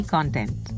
Content